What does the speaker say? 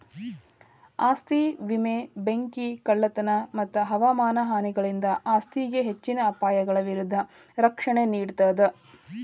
ಆಸ್ತಿ ವಿಮೆ ಬೆಂಕಿ ಕಳ್ಳತನ ಮತ್ತ ಹವಾಮಾನ ಹಾನಿಗಳಿಂದ ಆಸ್ತಿಗೆ ಹೆಚ್ಚಿನ ಅಪಾಯಗಳ ವಿರುದ್ಧ ರಕ್ಷಣೆ ನೇಡ್ತದ